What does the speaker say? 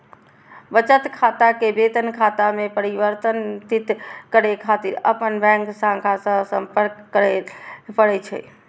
बचत खाता कें वेतन खाता मे परिवर्तित करै खातिर अपन बैंक शाखा सं संपर्क करय पड़ै छै